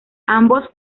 ambos